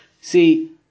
See